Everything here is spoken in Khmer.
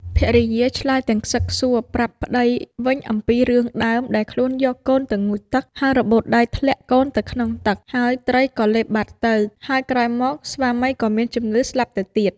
ភរិយាឆ្លើយទាំងខ្សឹកខ្សួលប្រាប់ប្ដីវិញអំពីរឿងដើម ដែលខ្លួនយកកូនទៅងូតទឹកហើយរបូតដៃធ្លាក់កូនទៅក្នុងទឹក ហើយត្រីក៏លេបបាត់ទៅ ហើយក្រោយមក ស្វាមីក៏មានជំងឺស្លាប់ទៅទៀត។